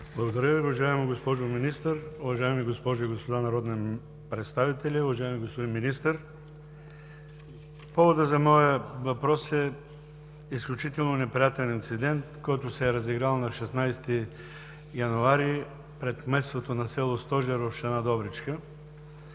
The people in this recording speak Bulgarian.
Благодаря Ви уважаема, госпожо Председател. Уважаеми госпожи и господа народни представители, уважаеми господин Министър! Поводът за моя въпрос е изключително неприятен инцидент, който се е разиграл на 16 януари пред кметството на село Стожер, община Добрич.